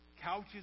couches